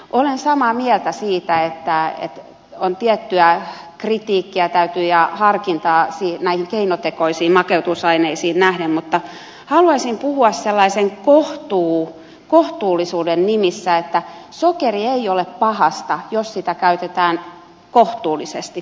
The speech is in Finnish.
olen samaa mieltä siitä että täytyy olla tiettyä kritiikkiä ja harkintaa näihin keinotekoisiin makeutusaineisiin nähden mutta haluaisin puhua sellaisen kohtuullisuuden nimissä että sokeri ei ole pahasta jos sitä käytetään kohtuullisesti